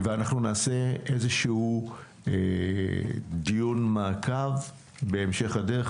אנחנו נעשה איזה שהוא דיון מעקב בהמשך הדרך.